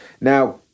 Now